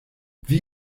wie